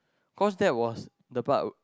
cause that was the part